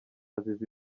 azize